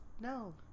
No